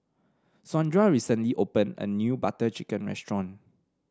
Saundra recently opened a new Butter Chicken restaurant